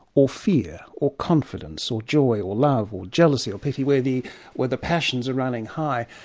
or fear, or confidence or joy, or love, or jealousy, or pity, where the where the passions are running high,